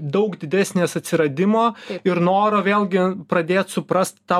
daug didesnės atsiradimo ir noro vėlgi pradėt suprast tą